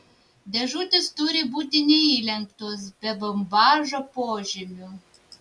dėžutės turi būti neįlenktos be bombažo požymių